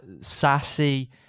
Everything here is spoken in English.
sassy-